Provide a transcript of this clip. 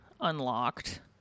unlocked